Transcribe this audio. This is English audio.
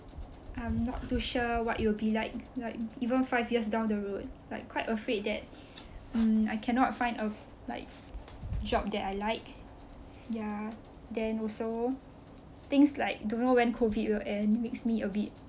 I'm not too sure what it will be like like even five years down the road like quite afraid that mm I cannot find uh like a job that I like ya then also things like don't know when COVID will end makes me a bit